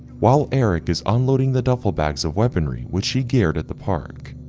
while eric is unloading the duffel bags of weaponry which he geared at the park.